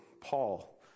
Paul